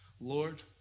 Lord